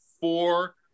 four